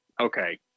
okay